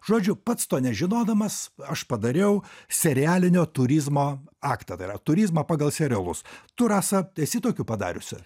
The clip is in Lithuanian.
žodžiu pats to nežinodamas aš padariau serialinio turizmo aktą tai yra turizmą pagal serialus tu rasa esi tokių padariusi